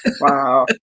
Wow